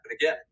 again